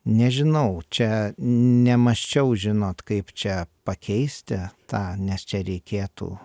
nežinau čia nemąsčiau žinot kaip čia pakeisti tą nes čia reikėtų